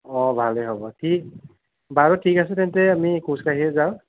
অঁ ভালে হ'ব ঠিক বাৰু ঠিক আছে তেন্তে আমি খোজ কাঢ়িয়ে যাওঁ